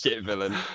villain